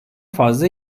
fazla